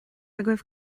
agaibh